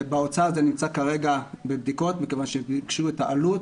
באוצר זה נמצא כרגע בבדיקות מכיוון שהם ביקשו את העלות,